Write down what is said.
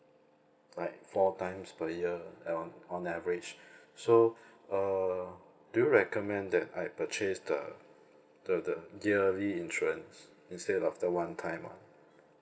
like four times per year at on on average so err do you recommend that I purchase the the the yearly insurance instead of the one time [one]